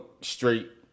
straight